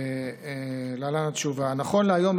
להלן התשובה: נכון להיום,